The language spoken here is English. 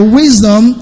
wisdom